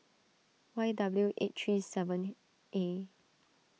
Y W H eight three seven A